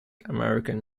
american